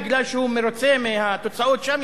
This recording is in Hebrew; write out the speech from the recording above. מפני שהוא מרוצה מהתוצאות שם,